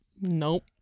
nope